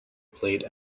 played